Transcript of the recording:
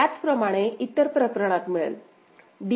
त्याचप्रमाणे इतर प्रकरणात मिळेल